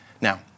Now